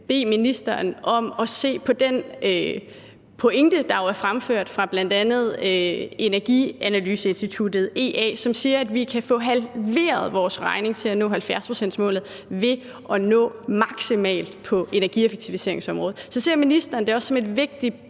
bede ministeren om at se på den pointe, der jo er fremført fra bl.a. energianalyseinstituttet EA, som siger, at vi kan få halveret vores regning til at nå 70-procentsmålet ved at nå maksimalt på energieffektiviseringsområdet. Så ser ministeren det også som en vigtig